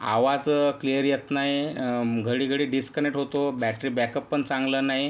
आवाज क्लियर येत नाही घडी घडी डिसकनेक्ट होतो बॅटरी बॅकअप पण चांगलं नाही